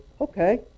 okay